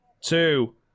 two